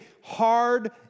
hard